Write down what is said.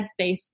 headspace